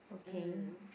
um